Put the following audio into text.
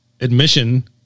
admission